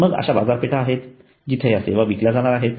मग अशा बाजारपेठा आहेत जिथे या सेवा विकल्या जाणार आहेत